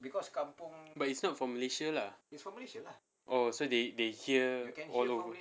but it's not from malaysia lah oh so they they hear all over